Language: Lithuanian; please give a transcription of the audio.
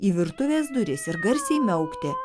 į virtuvės duris ir garsiai miaukti